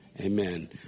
Amen